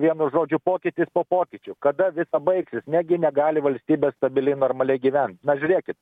vienu žodžiu pokytis po pokyčių kada visa baigsis negi negali valstybė stabiliai normaliai gyvent na žiūrėkit